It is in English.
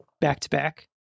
back-to-back